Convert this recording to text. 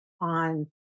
on